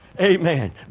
Amen